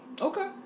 Okay